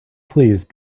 please